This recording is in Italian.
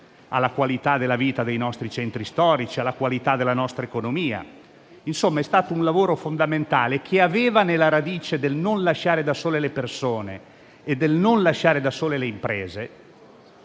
alla qualità della vita dei nostri centri storici e della nostra economia. È stato dunque un lavoro fondamentale, che aveva radice nel non lasciare da sole le persone e nel non lasciare da sole le imprese.